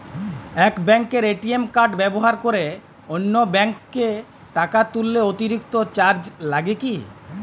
এক ব্যাঙ্কের ATM card ব্যবহার করে অন্য ব্যঙ্কে টাকা তুললে অতিরিক্ত চার্জ লাগে কি?